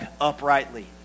uprightly